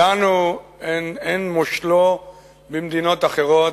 שלנו, אין מושלו במדינות אחרות.